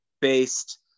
based